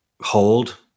hold